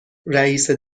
رئیس